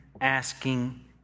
asking